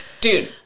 Dude